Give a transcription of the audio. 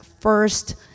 first